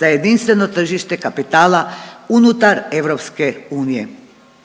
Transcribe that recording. za jedinstveno tržište kapitala unutar EU.